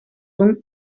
son